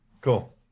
Cool